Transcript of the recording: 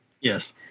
Yes